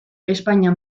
espainia